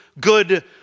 good